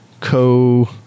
co